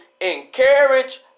Encourage